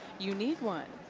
you need one.